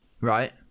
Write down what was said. Right